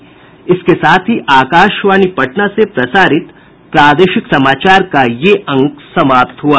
इसके साथ ही आकाशवाणी पटना से प्रसारित प्रादेशिक समाचार का ये अंक समाप्त हुआ